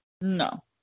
No